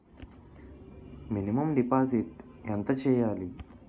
Minimum deposit ఎంత చెయ్యాలి?